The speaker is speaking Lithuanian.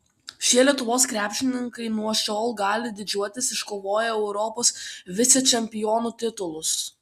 šie lietuvos krepšininkai nuo šiol gali didžiuotis iškovoję europos vicečempionų titulus